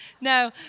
No